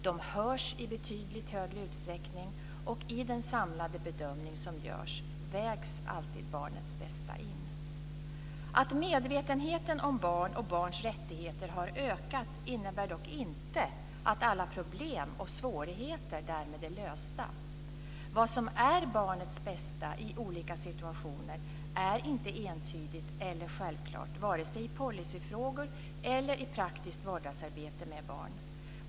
De hörs i betydligt större utsträckning, och i den samlade bedömning som görs vägs alltid barnets bästa in. Att medvetenheten om barn och barns rättigheter har ökat innebär dock inte att alla problem och svårigheter därmed är lösta. Vad som är barnets bästa i olika situationer är inte entydigt eller självklart, vare sig i policyfrågor eller i praktiskt vardagsarbete med barn.